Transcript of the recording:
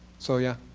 so yeah.